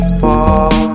fall